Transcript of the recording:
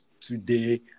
today